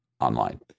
online